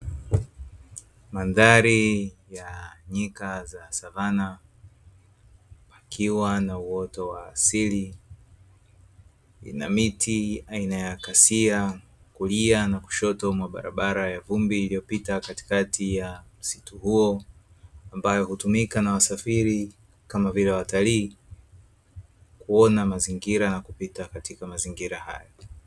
Mandhari ya nyika za savanna ikiwa na uoto wa asili, kuna miti aina ya kasia, kulia na kushoto mwa barabara ya vumbi iliyopita katikati ya msitu huo, ambayo hutumika na wasafiri, kama vile watalii kuona mazingira na kupita katika mazingira hayo.